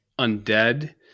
undead